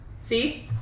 See